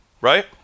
right